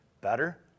Better